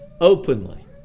openly